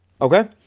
Okay